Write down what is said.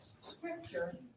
scripture